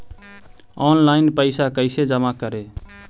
Online पैसा कैसे जमा करे?